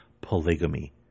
polygamy